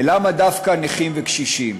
ולמה דווקא נכים וקשישים?